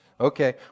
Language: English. Okay